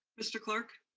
mr. clark.